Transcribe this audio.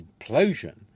implosion